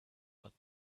but